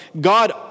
God